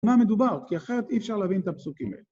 מה מדובר? כי אחרת אי אפשר להבין את הפסוקים האלה